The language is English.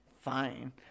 fine